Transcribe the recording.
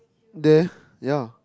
there ya